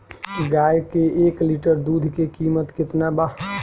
गाय के एक लिटर दूध के कीमत केतना बा?